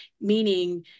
meaning